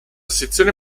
sezione